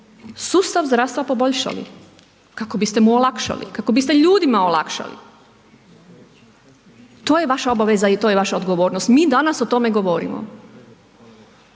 sustav zdravstva poboljšali, kako biste mu olakšali, kako biste ljudima olakšali. To je vaša obaveza i to je vaša odgovornost. Mi danas o tome govorimo.